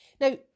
Now